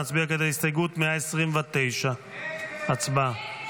נצביע כעת על הסתייגות 129. הצבעה.